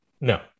No